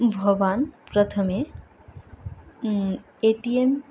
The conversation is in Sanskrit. भवान् प्रथमे ए टी एम्